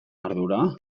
ardura